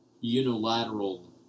unilateral